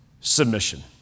Submission